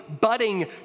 budding